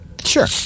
Sure